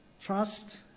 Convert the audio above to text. Trust